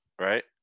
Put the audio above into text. right